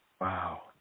Wow